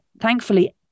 thankfully